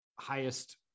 highest